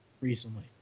recently